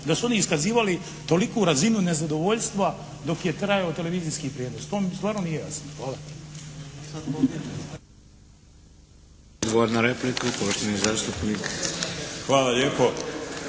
da su oni iskazivali toliku razinu nezadovoljstva dok je trajao televizijski prijenos? To mi stvarno nije jasno. Hvala.